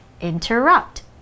interrupt